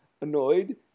annoyed